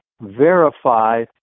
verify